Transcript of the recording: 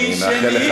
"משנכנס,